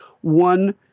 one